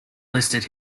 listed